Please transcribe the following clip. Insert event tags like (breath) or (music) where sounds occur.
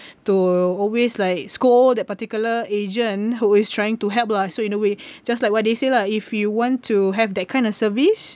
to always like scold that particular agent who is trying to help lah so in a way (breath) just like what they say lah if you want to have that kind of service